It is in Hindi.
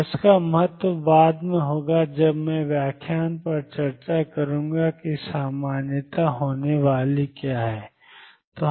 और इसका महत्व बाद में होगा जब मैं व्याख्या पर चर्चा करूंगा कि सामान्यता होने वाली है